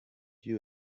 you